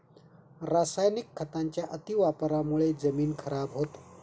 रासायनिक खतांच्या अतिवापरामुळे जमीन खराब होते